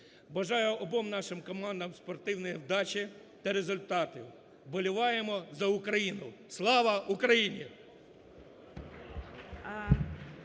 Бажаю обом нашим командам спортивної вдачі та результатів. Вболіваємо за Україну! Слава Україні!